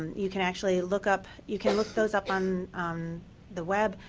you can actually look up you can look those up on the web,